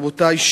רבותי,